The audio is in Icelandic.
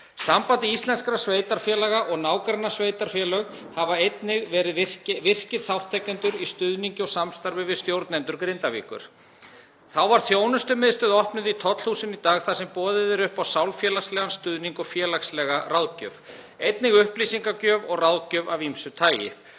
Samband íslenskra sveitarfélaga og nágrannasveitarfélög hafa einnig verið virkir þátttakendur í stuðningi og samstarfi við stjórnendur Grindavíkur. Þá var þjónustumiðstöð opnuð í Tollhúsinu í dag þar sem boðið er upp á sálfélagslegan stuðning og félagslega ráðgjöf, einnig upplýsingagjöf og ráðgjöf af ýmsu tagi,